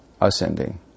ascending